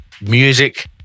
music